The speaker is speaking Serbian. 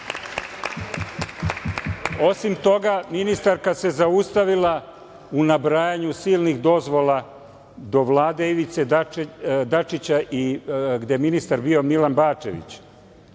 toga, ministarka se zaustavila u nabrajanju silnih dozvola do Vlade Ivice Dačića i kada je ministar bio Milan Bačević,